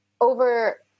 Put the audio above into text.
over